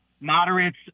moderates